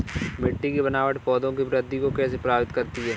मिट्टी की बनावट पौधों की वृद्धि को कैसे प्रभावित करती है?